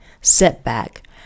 setback